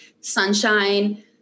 sunshine